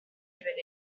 evening